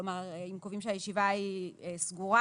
כלומר אם קובעים שהישיבה היא סגורה,